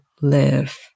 live